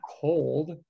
cold